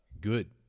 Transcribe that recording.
good